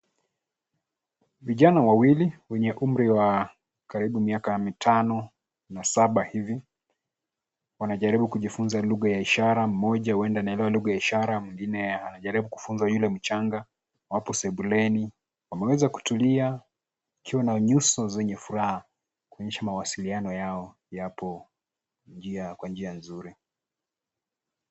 Vijana wawili, wenye umri wa karibu miaka mitano na saba hivi, wanajaribu kujifunza lugha ya ishara mmoja huenda anaelewa lugha ya ishara mwingine anajaribu kufunza yule mchanga. Wapo sebuleni, wameweza kutilia wakiwa na nyuso zenye furaha kuonyesha mawasiliano yao yako kwa njia nzuri.